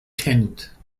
tenant